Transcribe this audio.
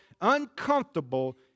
uncomfortable